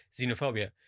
xenophobia